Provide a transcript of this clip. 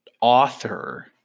author